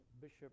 Bishop